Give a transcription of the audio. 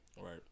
Right